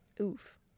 Oof